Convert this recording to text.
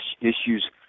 issues